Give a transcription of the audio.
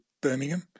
Birmingham